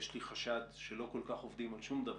יש לי חשד שלא עובדים כל-כך על שום דבר.